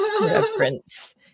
reference